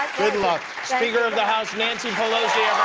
good luck. speaker of the house nancy pelosi,